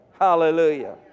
hallelujah